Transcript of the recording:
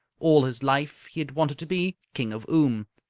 all his life he had wanted to be king of oom,